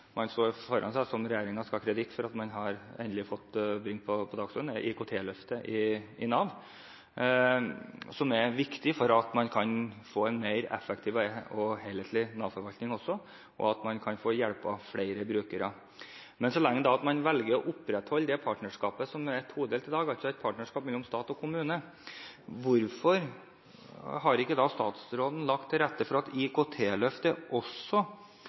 man står overfor – som regjeringen skal ha kreditt for endelig å ha fått brakt på dagsordenen – er IKT-løftet i Nav, som er viktig for å få en mer effektiv og helhetlig Nav-forvaltning og for å kunne hjelpe flere brukere. Men så lenge man velger å opprettholde det todelte partnerskapet som vi har i dag – et partnerskap mellom stat og kommune – hvorfor har ikke statsråden lagt til rette for at IKT-løftet også